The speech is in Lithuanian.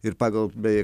ir pagal beje